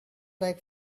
like